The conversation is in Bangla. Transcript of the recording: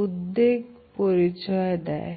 উদ্বেগ পরিচয় দেয়